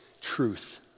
truth